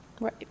Right